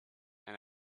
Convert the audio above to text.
and